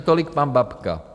Tolik pan Babka.